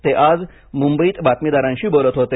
ते आज मुंबईत बातमीदारांशी बोलत होते